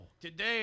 Today